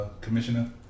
Commissioner